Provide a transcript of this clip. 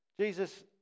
Jesus